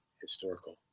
historical